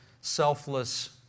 selfless